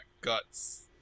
guts